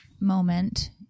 moment